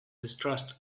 distrust